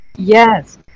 Yes